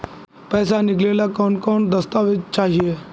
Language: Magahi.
पैसा निकले ला कौन कौन दस्तावेज चाहिए?